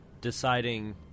deciding